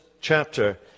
chapter